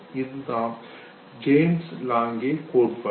இதுதான் James Lange கோட்பாடு